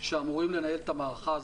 שאמורים לנהל את המערכה הזאת,